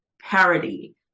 parody